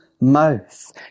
mouth